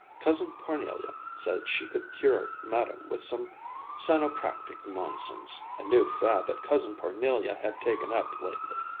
cousin parnelia said she could cure madame with some sanopractic nonsense, a new fad that cousin parnelia had taken up lately.